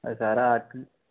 അത് സാറെ ആൾക്ക്